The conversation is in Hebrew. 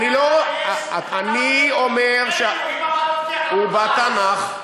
הוא בתנ"ך.